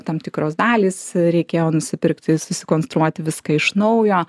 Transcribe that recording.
tam tikros dalys reikėjo nusipirkti susikonstruoti viską iš naujo